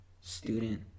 student